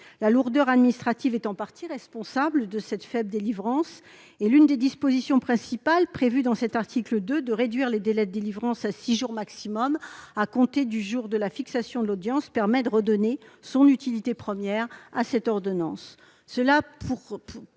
La lourdeur administrative est en partie responsable de cette faible délivrance. L'une des principales dispositions prévues dans l'article 2, à savoir la réduction des délais de délivrance à six jours maximum à compter du jour de la fixation de l'audience, permet de redonner son utilité première à l'ordonnance